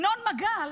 ינון מגל,